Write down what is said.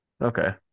Okay